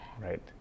Right